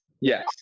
Yes